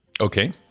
Okay